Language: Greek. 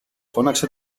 φώναξε